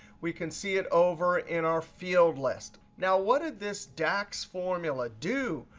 we can see it over in our field list. now, what did this dax formula do?